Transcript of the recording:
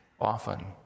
often